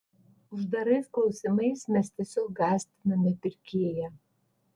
uždarais klausimais mes tiesiog gąsdiname pirkėją